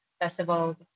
festival